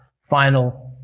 final